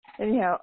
anyhow